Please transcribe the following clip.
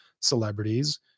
celebrities